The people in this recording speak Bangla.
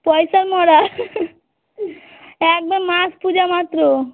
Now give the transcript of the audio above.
পয়সা মরা একদম মাস পূজা মাত্র